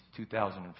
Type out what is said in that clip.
2005